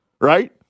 right